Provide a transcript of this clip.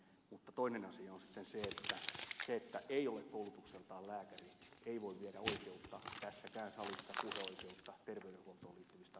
mutta toinen asia on sitten se että sillä että joku ei ole koulutukseltaan lääkäri ei voida viedä tässäkään salissa puheoikeutta terveydenhuoltoon liittyvistä asioista